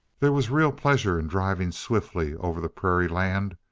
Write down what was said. there was real pleasure in driving swiftly over the prairie land,